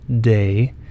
day